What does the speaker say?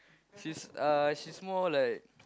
she's uh she's more like